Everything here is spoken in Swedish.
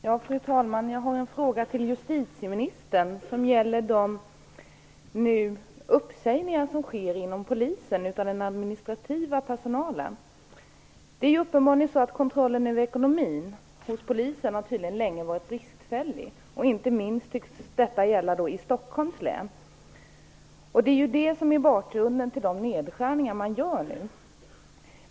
Fru talman! Jag har en fråga till justitieministern som gäller de uppsägningar som sker inom Polisen av den administrativa personalen. Det är uppenbarligen så att kontrollen över ekonomin hos Polisen länge har varit bristfällig. Inte minst tycks detta gälla i Stockholms län. Det är det som är bakgrunden till de nedskärningar man gör nu.